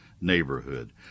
neighborhood